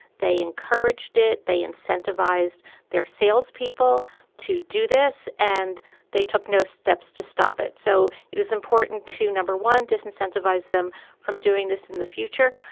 they encouraged it. they incentivized their sales people to do this and they took no steps to stop it. so it is important to number one dis incentivize them from doing this in the future.